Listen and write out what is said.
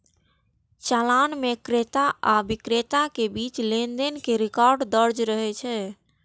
चालान मे क्रेता आ बिक्रेता के बीच लेनदेन के रिकॉर्ड दर्ज रहै छै